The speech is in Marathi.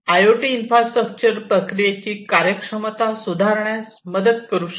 आयओटी इन्फ्रास्ट्रक्चर प्रक्रियेची कार्यक्षमता सुधारण्यास मदत करू शकते